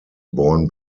born